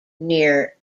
near